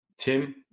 Tim